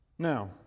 Now